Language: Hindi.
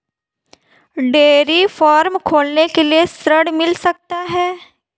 डेयरी फार्म खोलने के लिए ऋण मिल सकता है?